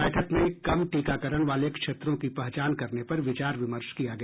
बैठक में कम टीकाकरण वाले क्षेत्रों की पहचान करने पर विचार विमर्श किया गया